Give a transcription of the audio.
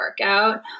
workout